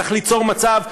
צריך ליצור מצב,